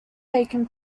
taken